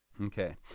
Okay